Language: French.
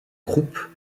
croupes